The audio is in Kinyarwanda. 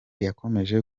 yakomeje